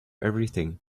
everything